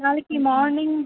நாளைக்கு மார்னிங்